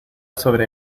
sobre